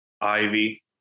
ivy